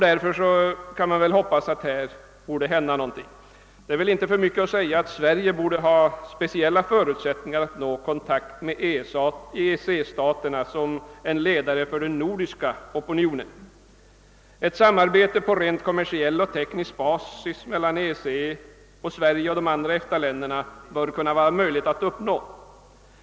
Därför kan man hoppas att någonting kunde hända från dessa länders sida. Det är väl inte för mycket att säga att Sverige som ledare för den nordiska opinionen borde ha särskilda förutsättningar att nå kontakt med EEC-staterna. Ett samarbete på rent kommersiell och teknisk basis mellan EEC, å ena sidan, samt Sverige och andra EFTA länder, å andra sidan, borde vara möjligt att åstadkomma.